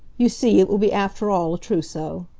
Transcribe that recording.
you see, it will be after all a trousseau.